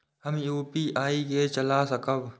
हम यू.पी.आई के चला सकब?